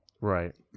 Right